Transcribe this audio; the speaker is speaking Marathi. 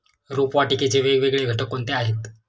रोपवाटिकेचे वेगवेगळे घटक कोणते आहेत?